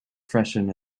freshen